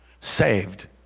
saved